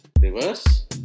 Reverse